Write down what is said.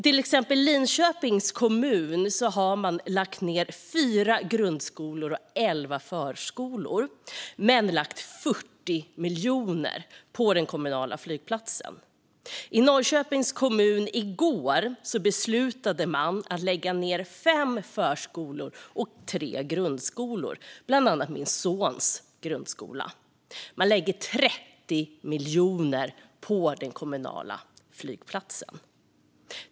I Linköpings kommun, exempelvis, har man lagt ned fyra grundskolor och elva förskolor men lagt 40 miljoner på den kommunala flygplatsen. I Norrköpings kommun beslutade man i går att lägga ned fem förskolor och tre grundskolor, bland annat min sons grundskola. Samtidigt lägger man 30 miljoner på den kommunala flygplatsen.